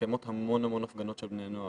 מתקיימות המון המון הפגנות של בני נוער.